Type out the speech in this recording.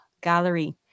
Gallery